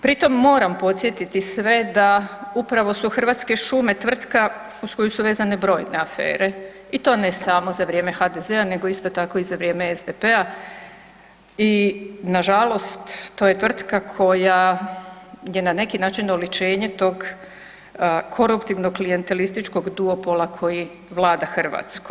Pritom moram podsjetiti sve da upravo su Hrvatske šume tvrtka uz koje su vezane brojne afere i to ne samo za vrijeme HDZ-a nego isto tako, za vrijeme SDP-a i nažalost, to je tvrtka koja je na neki način oličenje tog koruptivnog, klijentelističkog duopola koji vlada Hrvatskom.